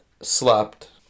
slept